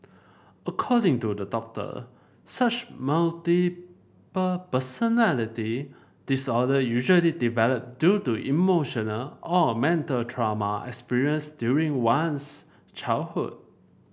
according to the doctor such multiple personality disorder usually develop due to emotional or mental trauma experienced during one's childhood